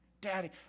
Daddy